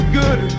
good